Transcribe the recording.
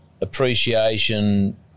appreciation